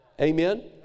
Amen